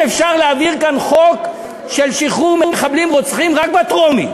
אני רוצה לדעת אם אפשר להעביר כאן חוק לשחרור מחבלים רוצחים רק בטרומית,